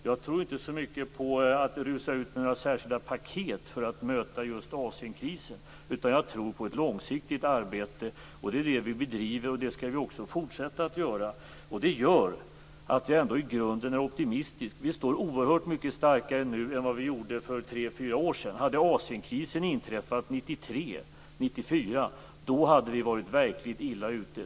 Jag tror inte så mycket på att rusa i väg och skapa några särskilda paket för att möta just Asienkrisen, utan jag tror på ett mer långsiktigt arbete. Det skall vi också fortsätta att bedriva, vilket gör att jag ändå i grunden är optimistisk. Vi står oerhört mycket starkare nu än vad vi gjorde för tre fyra år sedan. Hade Asienkrisen inträffat 1993-1994 då hade vi varit verkligt illa ute.